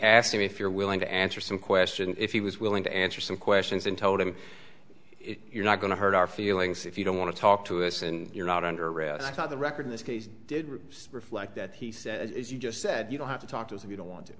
asked me if you're willing to answer some question if he was willing to answer some questions and told him if you're not going to hurt our feelings if you don't want to talk to us and you're not under arrest i thought the record in this case did really reflect that he said as you just said you don't have to talk to us if you don't want to